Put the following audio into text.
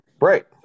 Right